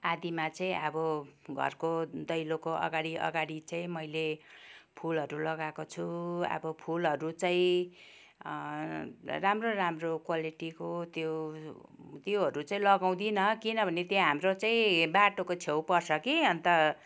आधामा चाहिँ अब घरको दैलोको अगाडि अगाडि चाहिँ मैले फुलहरू लगाएको छु अब फुलहरू चाहिँ राम्रो राम्रो क्वलिटीको त्यो त्योहरू चाहिँ लगाउँदिन किनभने त्यहाँ हाम्रो चाहिँ बाटोको छेउ पर्छ कि अन्त